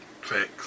Facts